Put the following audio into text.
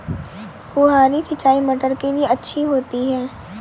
फुहारी सिंचाई मटर के लिए अच्छी होती है?